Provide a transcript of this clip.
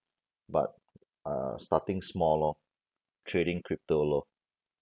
but uh starting small lor trading crypto lor